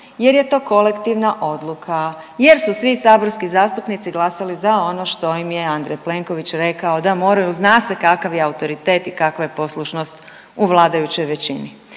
jer je to kolektivna odluka, jer su svi saborski zastupnici glasali za ono što im je Andrej Plenković rekao da moraju. Zna se kakav je autoritet i kakva je poslušnost u vladajućoj većini.